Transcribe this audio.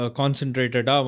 concentrated